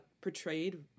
portrayed